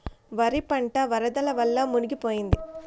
వరి పంట వరదల వల్ల మునిగి పోయింది, దానికి పంట నష్ట పరిహారం వస్తుందా?